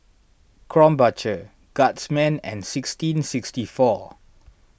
Krombacher Guardsman and sixteen sixty four